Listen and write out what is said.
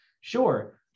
sure